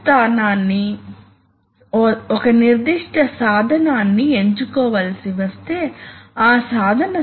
రబ్బరును టైర్ రూపంలో అచ్చు వేయడానికి అవసరం